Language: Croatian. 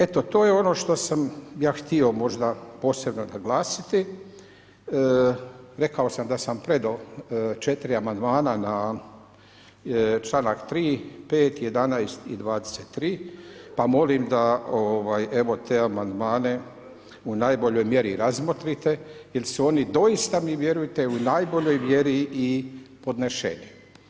Eto to je ono što sam ja htio možda posebno naglasiti, rekao sam da sam predao 4 amandmana na članak 3., 5., 11. i 23. pa molim da evo te amandmane i najboljoj mjeri razmotrite jer su oni doista mi vjerujte, u najboljoj vjeri i podneseni.